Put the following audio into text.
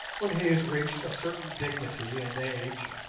when he has reached a certain dignity and age,